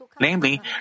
Namely